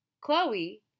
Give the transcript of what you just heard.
Chloe